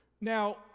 Now